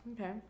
Okay